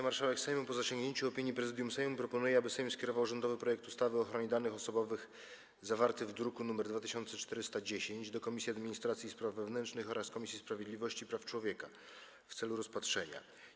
Marszałek Sejmu, po zasięgnięciu opinii Prezydium Sejmu, proponuje, aby Sejm skierował rządowy projekt ustawy o ochronie danych osobowych, zawarty w druku nr 2410, do Komisji Administracji i Spraw Wewnętrznych oraz Komisji Sprawiedliwości i Praw Człowieka w celu rozpatrzenia.